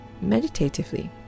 meditatively